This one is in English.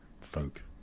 folk